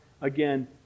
again